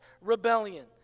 rebellion